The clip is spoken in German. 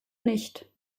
nicht